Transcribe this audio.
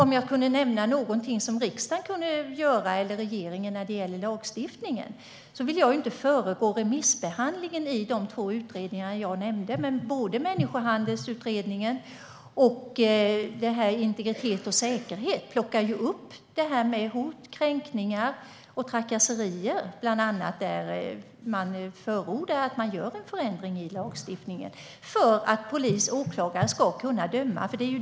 I fråga om vad riksdagen eller regeringen kan göra när det gäller lagstiftning vill jag inte föregå remissbehandlingen av de två utredningarna. Både människohandelsutredningen och utredningen om integritet och säkerhet plockar upp frågor om hot, kränkningar och trakasserier, och de förordar förändringar i lagstiftningen så att vad polis och åklagare gör kan leda till dom.